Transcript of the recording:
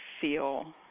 feel